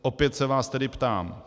Opět se vás tedy ptám: